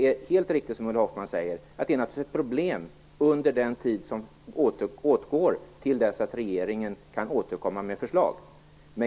Precis som Ulla Hoffmann säger blir det naturligtvis problem till dess att regeringen kan återkomma med förslag.